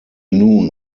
nun